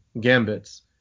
gambits